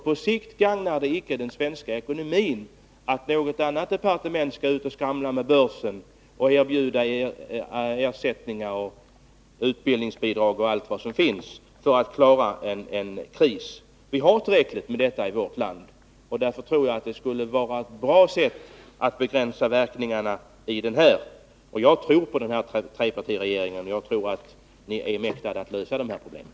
På sikt gagnar det icke den svenska ekonomin att något annat departement går ut och skramlar med börsen och erbjuder ersättningar, utbildningsbidrag och allt vad som finns för att klara en kris. Vi har haft tillräckligt med sådant i vårt land. Därför tror jag att den överenskommelse vi talat om skulle vara ett bra sätt att begränsa verkningarna i branschen. Och jag tror på trepartiregeringen — jag tror att den är mäktig att lösa de här problemen.